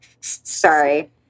Sorry